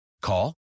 Call